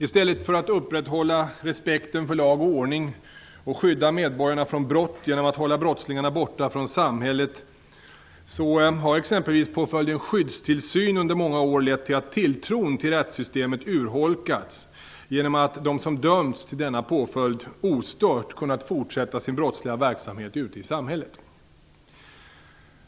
I stället för att upprätthålla respekten för lag och ordning och skydda medborgarna från brott genom att hålla brottslingarna borta från samhället har exempelvis påföljden skyddstillsyn under många år lett till att tilltron till rättssystemet urholkats genom att de som döms till denna påföljd ostört kunnat fortsätta sin brottsliga verksamhet ute i samhället.